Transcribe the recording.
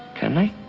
can they?